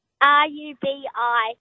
R-U-B-I